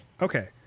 Okay